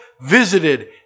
visited